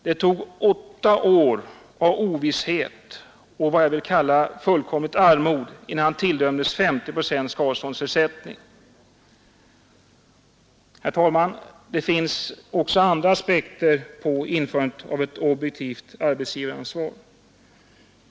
Det tog åtta år av ovisshet och fullkomligt armod innan han tilldömdes 50 procents skadeståndsersättning! Herr talman! Det finns också andra aspekter på införandet av ett objektivt arbetsgivaransvar.